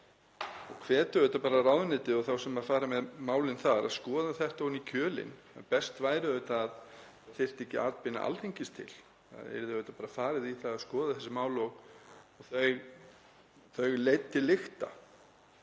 og hvet auðvitað bara ráðuneytið og þá sem fara með málið þar að skoða þetta ofan í kjölinn. Best væri auðvitað að það þyrfti ekki atbeina Alþingis, að það yrði bara farið í það að skoða þessi mál og þau leidd til lykta.